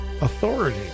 authority